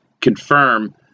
confirm